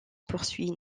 poursuit